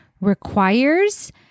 requires